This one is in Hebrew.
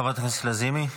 חברת הכנסת לזימי.